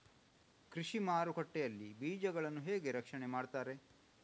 ಕೃಷಿ ಮಾರುಕಟ್ಟೆ ಯಲ್ಲಿ ಬೀಜಗಳನ್ನು ಹೇಗೆ ರಕ್ಷಣೆ ಮಾಡ್ತಾರೆ?